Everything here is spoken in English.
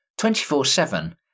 24-7